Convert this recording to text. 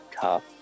tough